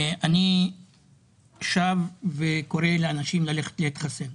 אני שב וקורא לאנשים ללכת להתחסן.